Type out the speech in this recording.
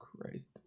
Christ